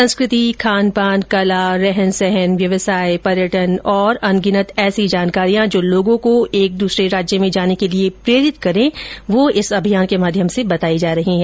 संस्कृति खानपान कला रहनसहन व्यवसाय पर्यटन और अनगिनत ऐसी जानकारियां जो लोगों को एक दूसरे राज्य में जाने के लिए प्रेरित करें इस अभियान के माध्यम से बताई जा रही है